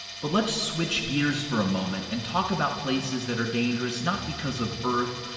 but let's switch gears for a moment and talk about places that are dangerous not because of earth,